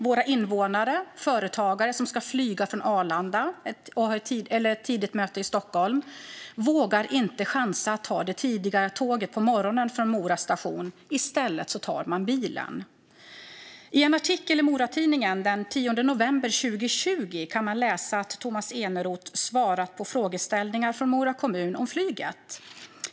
Kommuninvånare och företagare som ska flyga från Arlanda eller har ett tidigt möte i Stockholm vågar inte chansa att ta det tidiga morgontåget från Mora station; i stället tar de bilen. I en artikel i Mora Tidning den 10 november 2020 kan man läsa att Tomas Eneroth svarar på frågeställningar från Mora kommun om flyget.